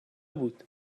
بود